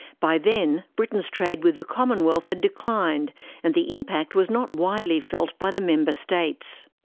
by then, britain's trade with the commonwealth had declined and the impact was not widely felt by the member states.